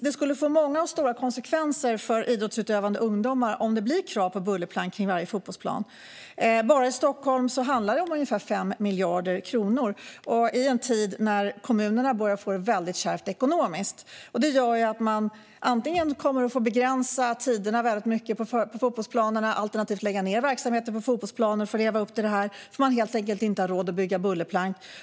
Det skulle få många och stora konsekvenser för idrottsutövande ungdomar om det blev krav på bullerplank kring varje fotbollsplan. Bara i Stockholm handlar det om ungefär 5 miljarder kronor, och det i en tid när kommunerna börjar att få det väldigt kärvt ekonomiskt. För att leva upp till kravet kommer man att få begränsa tiderna väldigt mycket på fotbollsplanerna alternativt lägga ned verksamheter, därför att man helt enkelt inte har råd att bygga bullerplank.